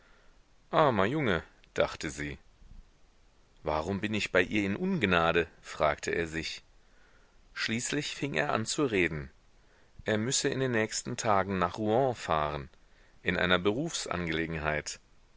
armer junge dachte sie warum bin ich bei ihr in ungnade fragte er sich schließlich fing er an zu reden er müsse in den nächsten tagen nach rouen fahren in einer